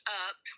up